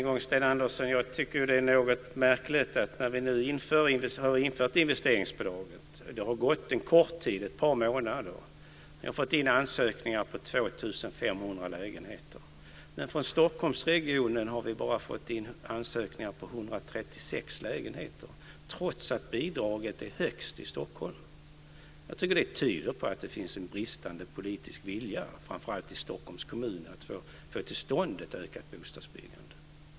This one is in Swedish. Fru talman! Än en gång, Sten Andersson: Vi har nu infört investeringsbidraget. Det har gått en kort tid - ett par månader. Vi har fått in ansökningar på 2 500 lägenheter. Jag tycker att det är något märkligt att vi från Stockholmsregionen bara har fått in ansökningar på 136 lägenheter, trots att bidraget är högst i Stockholm. Jag tycker det tyder på att det finns en bristande politisk vilja framför allt i Stockholms kommun att få till stånd ett ökat bostadsbyggande.